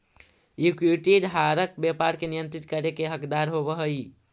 equity धारक व्यापार के नियंत्रित करे के हकदार होवऽ हइ